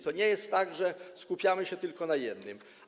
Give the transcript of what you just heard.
To nie jest tak, że skupiamy się tylko na jednym.